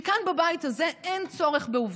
שכאן בבית הזה אין צורך בעובדות.